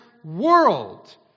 world